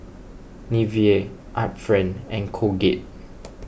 Nivea Art Friend and Colgate